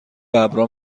ببرا